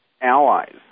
allies